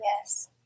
Yes